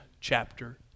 chapter